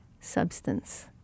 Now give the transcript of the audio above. substance